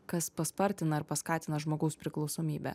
kas paspartina ar paskatina žmogaus priklausomybę